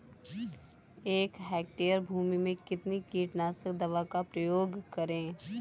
एक हेक्टेयर भूमि में कितनी कीटनाशक दवा का प्रयोग करें?